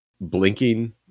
blinking